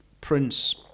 Prince